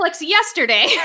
yesterday